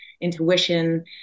intuition